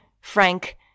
Frank